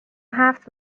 هفت